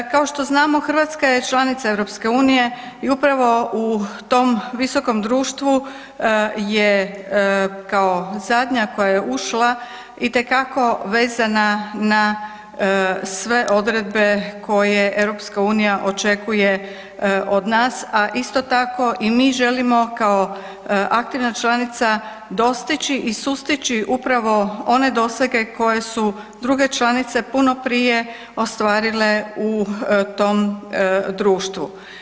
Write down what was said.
Kao što znamo, Hrvatska je članica EU-a i upravo u tom visokom društvu je kao zadnja koja je ušla, itekako vezana na sve odredbe koje EU očekuje od nas a isto tako i mi želimo kao aktivna članica, dostići i sustići upravo one dosege koje su druge članice puno prije ostvarile u tom društvu.